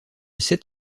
sept